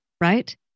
right